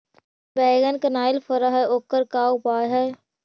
बैगन कनाइल फर है ओकर का उपाय है?